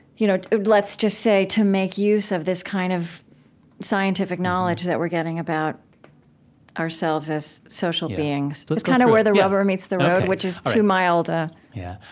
you know let's just say, to make use of this kind of scientific knowledge that we're getting about ourselves as social beings. that's kind of where the rubber meets the road, which is too mild a yeah,